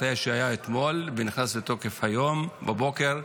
האש שהיה אתמול ונכנס לתוקף היום בבוקר.